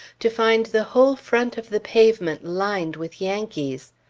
to find the whole front of the pavement lined with yankees!